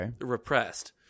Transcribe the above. repressed